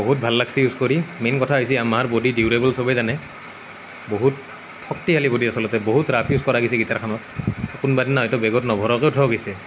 বহুত ভাল লাগিছে ইউজ কৰি মেইন কথা হৈছে য়াম্মাহা বডি ডিউৰেৱল সবেই জানে বহুত শক্তিশালী বডি আচলতে বহুত ৰাফ ইউজ কৰা হৈছে গিটাৰখনৰ কোনোবা দিনা হয়তো বেগত নভৰোৱাকৈও থোৱা হৈছে